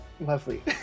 Lovely